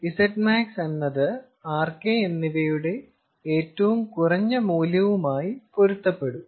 Zmax എന്നത് R K എന്നിവയുടെ ഏറ്റവും കുറഞ്ഞ മൂല്യവുമായി പൊരുത്തപ്പെടും